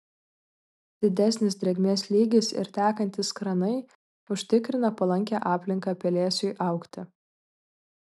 didesnis drėgmės lygis ir tekantys kranai užtikrina palankią aplinką pelėsiui augti